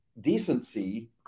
decency